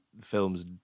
films